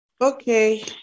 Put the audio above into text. Okay